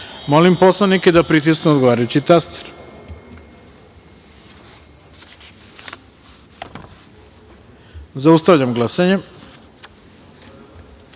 narodne poslanike da pritisnu odgovarajući taster. Zaustavljam glasanje: